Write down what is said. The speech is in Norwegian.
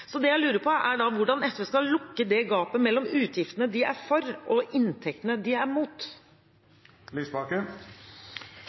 Det jeg lurer på, er hvordan SV skal lukke gapet mellom de utgiftene de er for, og de inntektene de er